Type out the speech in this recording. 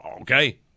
Okay